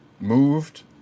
Moved